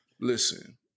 listen